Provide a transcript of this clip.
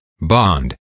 bond